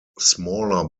smaller